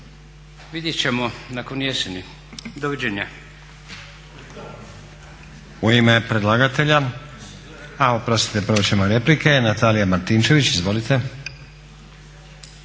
vidjet ćemo nakon jeseni. Doviđenja.